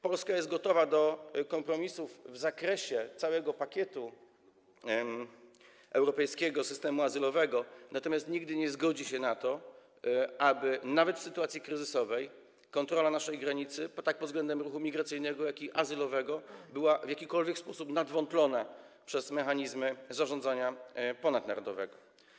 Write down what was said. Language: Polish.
Polska jest gotowa do kompromisów w zakresie całego pakietu europejskiego systemu azylowego, natomiast nigdy nie zgodzi się na to, aby nawet w sytuacji kryzysowej kontrola naszej granicy pod względem ruchu tak migracyjnego, jak i azylowego była w jakikolwiek sposób nadwątlona przez mechanizmy zarządzania ponadnarodowego.